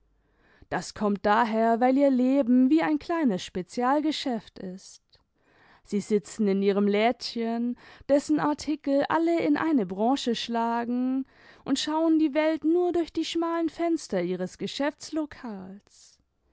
das konmit daher weil ihr leben wie ein kleines spezialgeschäft ist sie sitzen in ihrem lädchen dessen artikel alle in eine branche schlagen und schauen die welt nur durch die schmalen fenster ihres